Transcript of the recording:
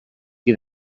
qui